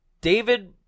David